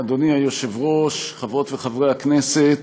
אדוני היושב-ראש, חברות וחברי הכנסת,